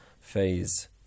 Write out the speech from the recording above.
phase